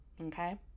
okay